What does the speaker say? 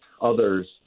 others